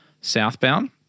Southbound